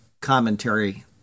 commentary